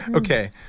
okay.